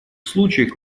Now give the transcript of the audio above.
случаях